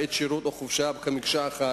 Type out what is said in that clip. בעת שירות או חופשה כמקשה אחת.